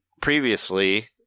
previously